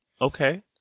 Okay